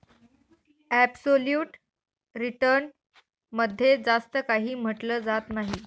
absolute return मध्ये जास्त काही म्हटलं जात नाही